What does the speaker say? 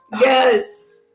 Yes